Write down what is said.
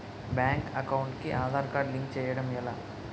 Bank account కి Aadhaar card link చేయడం ఎలా?